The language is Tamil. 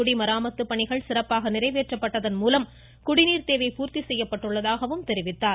குடிமராமத்து பணிகள் சிறப்பாக நிறைவேற்றப்பட்டதன் மூலம் குடிநீர் தேவை பூர்த்தி செய்யப்பட்டுள்ளதாக கூறினார்